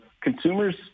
consumers